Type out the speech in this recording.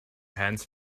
hands